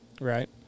right